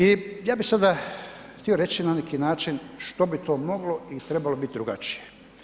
I ja bih sada htio reći na neki način što bi to moglo i trebalo biti drugačije.